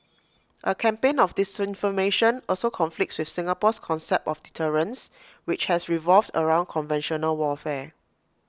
A campaign of disinformation also conflicts with Singapore's concept of deterrence which has revolved around conventional warfare